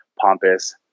pompous